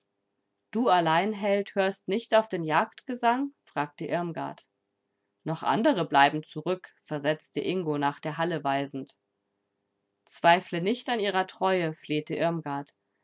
du allein held hörst nicht auf den jagdgesang fragte irmgard noch andere bleiben zurück versetzte ingo nach der halle weisend zweifle nicht an ihrer treue flehte irmgard